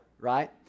right